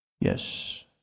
Yes